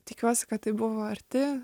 tikiuosi kad tai buvo arti